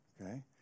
Okay